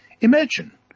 Imagine